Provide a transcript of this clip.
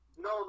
No